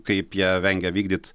kaip ją vengia vykdyt